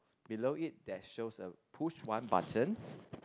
below it there shows a push one button